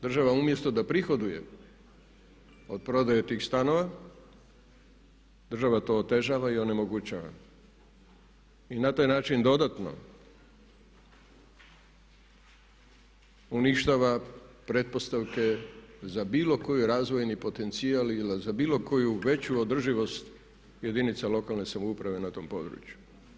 Država umjesto da prihoduje od prodaje tih stanova, država to otežava i onemogućava i na taj način dodatno uništava pretpostavke za bilo koji razvojni potencijal ili za bilo koju veću održivost jedinica lokalne samouprave na tom području.